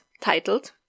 titled